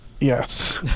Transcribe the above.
yes